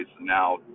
now